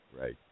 Right